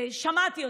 שמעתי,